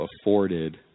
afforded